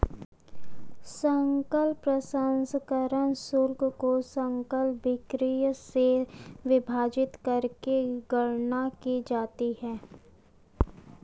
सकल प्रसंस्करण शुल्क को सकल बिक्री से विभाजित करके गणना की जाती है